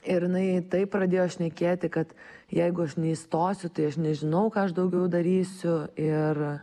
ir jinai taip pradėjo šnekėti kad jeigu aš neįstosiu tai aš nežinau ką aš daugiau darysiu ir